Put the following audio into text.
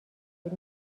بود